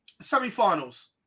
semi-finals